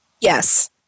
Yes